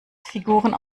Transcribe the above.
figuren